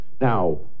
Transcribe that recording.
Now